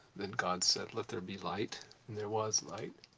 then god said, let there be light and there was light.